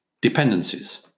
Dependencies